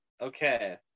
okay